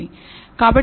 కాబట్టి మీరు α 0